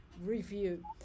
review